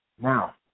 Now